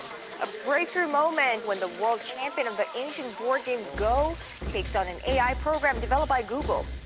a breakthrough moment when the world champion of the asian board game go takes on an a i. program developed by google.